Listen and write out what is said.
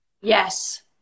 Yes